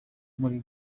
muri